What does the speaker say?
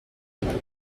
peut